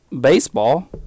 baseball